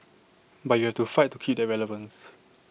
but you have to fight to keep that relevance